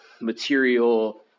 material